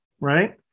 right